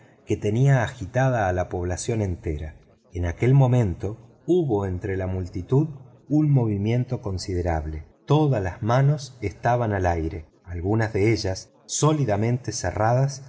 que tenía agitada a la población entera en aquel momento hubo entre la multitud un movimiento considerable todas las manos estaban al aire algunas de ellas sólidamente cerradas